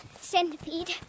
centipede